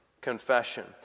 confession